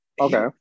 okay